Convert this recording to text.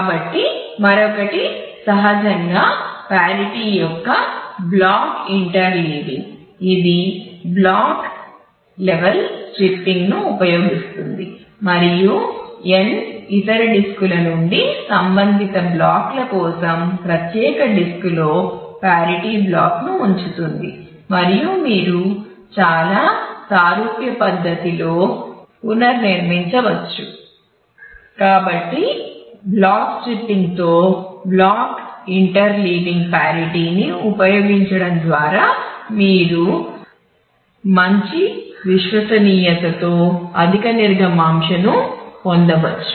కాబట్టి మరొకటి సహజంగా పారిటీని ఉపయోగించడం ద్వారా మీరు మంచి విశ్వసనీయతతో అధిక నిర్గమాంశను పొందవచ్చు